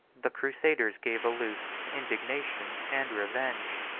the crusaders gave a loose to indignation and revenge.